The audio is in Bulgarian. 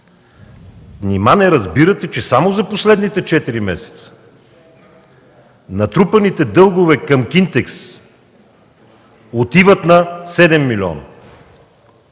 Нима не разбирате, че само за последните четири месеца натрупаните дългове към „Кинтекс” отиват на 7 милиона?